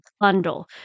bundle